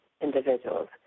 individuals